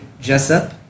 Jessup